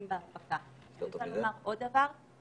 אתם לוקחים אחריות לאומית על זה?